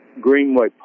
Greenway